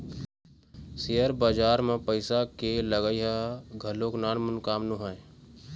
share बजार म पइसा के लगई ह घलोक नानमून काम नोहय